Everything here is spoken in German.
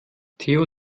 theo